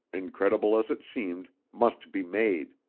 incredible as it seemed, must be made.